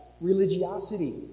religiosity